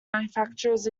manufacturers